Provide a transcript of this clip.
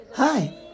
Hi